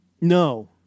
No